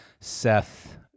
Seth